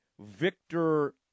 Victor